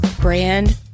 Brand